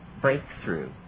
breakthrough